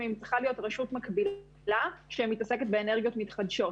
צריכה להיות רשות מקבילה שמתעסקת באנרגיות מתחדשות.